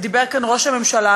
ודיבר כאן ראש הממשלה,